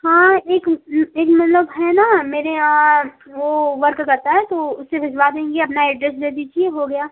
हाँ एक एक मतलब है न मेरे यहाँ वो वर्क करता है तो उससे भेजवा देंगी अपना एड्रेस दे दीजिए हो गया